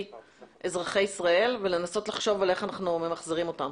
אזרחי ישראל ולנסות לחשוב איך אנחנו ממחזרים אותן.